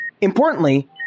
Importantly